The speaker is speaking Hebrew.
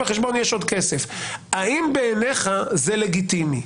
האם, בעיניך, זה לגיטימי?